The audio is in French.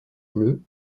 bleu